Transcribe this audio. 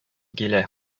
килә